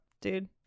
dude